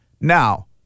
Now